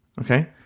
Okay